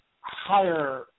higher